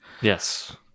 Yes